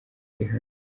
rihanna